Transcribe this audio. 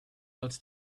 out